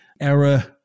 error